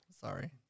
sorry